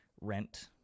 rent